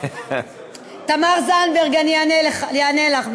תמר זנדברג, אני אענה לך.